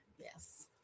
Yes